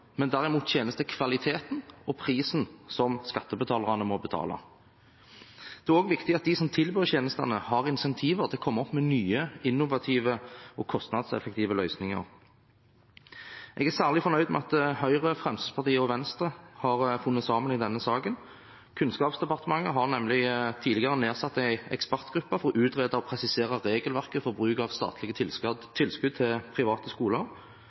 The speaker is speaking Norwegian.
men derimot tjenestekvaliteten og prisen som skattebetalerne må betale. Det er også viktig at de som tilbyr tjenestene, har incentiver til å komme opp med nye, innovative og kostnadseffektive løsninger. Jeg er særlig fornøyd med at Høyre, Fremskrittspartiet og Venstre har funnet sammen i denne saken. Kunnskapsdepartementet har nemlig tidligere nedsatt en ekspertgruppe for å utrede og presisere regelverket for bruk av statlige tilskudd til private skoler,